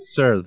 Sir